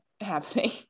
happening